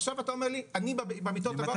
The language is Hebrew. עכשיו אתה אומר לי אני במיטות הבא,